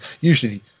usually